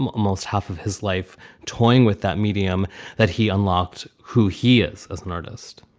almost half of his life toying with that medium that he unlocked who he is as an artist